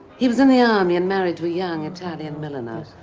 he was in the army and married to a young italian milliner.